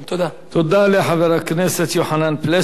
תודה לחבר הכנסת יוחנן פלסנר.